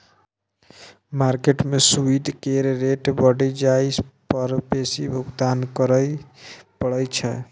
market में सूइद केर रेट बढ़ि जाइ पर बेसी भुगतान करइ पड़इ छै